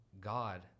God